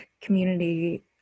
community